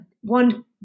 one